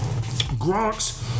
Gronk's